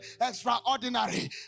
extraordinary